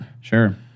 Sure